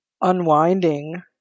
unwinding